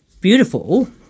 beautiful